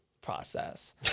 process